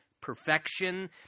perfection